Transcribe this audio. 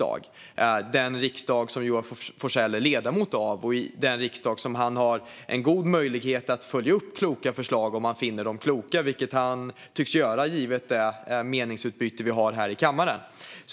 Det är den riksdag som Joar Forssell är ledamot av och den riksdag där han har en god möjlighet att följa upp förslag om han finner dem kloka. Det tycks han göra givet det meningsutbyte vi har i kammaren.